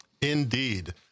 Indeed